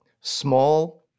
small